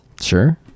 Sure